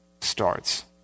starts